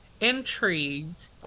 intrigued